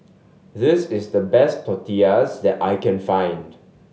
this is the best Tortillas that I can find